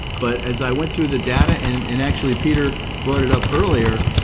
but as i went through the data, and and and actually, peter brought it up earlier,